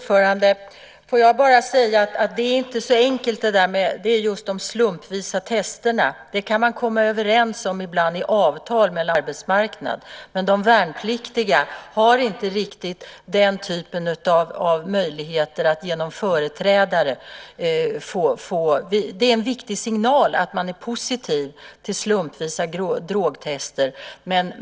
Fru talman! Det är inte så enkelt att utföra just de slumpvisa testerna. Det kan man ibland komma överens om i avtal mellan parter på en arbetsmarknad. Men de värnpliktiga har inte riktigt den typen av möjlighet genom företrädare. Det är en viktig signal att man är positiv till slumpvisa drogtester.